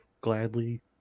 Gladly